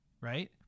right